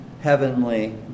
heavenly